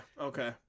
okay